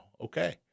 Okay